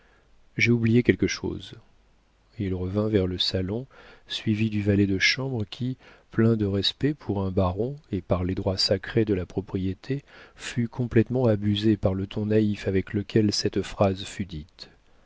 j'ai oublié quelque chose et il revint vers le salon suivi du valet de chambre qui plein de respect pour un baron et pour les droits sacrés de la propriété fut complétement abusé par le ton naïf avec lequel cette phrase fut dite